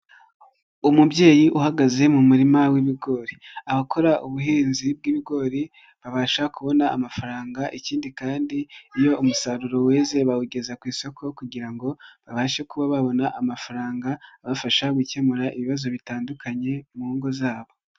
Umubyeyi uhagaze mu murima w'ibigori, abakora ubuhinzi bw'ibigori babasha kubona amafaranga ikindi kandi iyo umusaruro weze bawugeza ku isoko kugira ngo babashe kuba babona amafaranga, abafasha gukemura ibibazo bitandukanye mu ngo zabo.